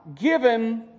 given